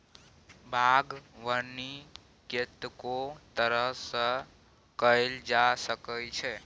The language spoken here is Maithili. बागबानी कतेको तरह सँ कएल जा सकै छै